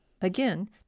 Again